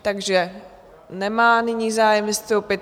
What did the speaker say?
Takže nemá nyní zájem vystoupit.